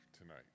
tonight